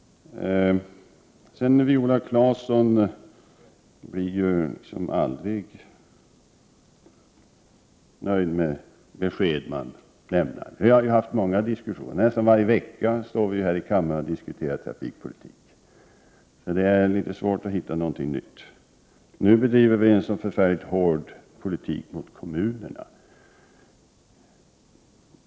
Viola Claesson är aldrig nöjd med de besked som man lämnar. Vi har haft många diskussioner, nästan varje vecka, här i riksdagen om trafikpolitik. Det är litet svårt att hitta något nytt. Men nu bedriver vi enligt Viola Claesson en så förfärligt hård politik mot kommunerna.